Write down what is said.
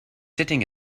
sitting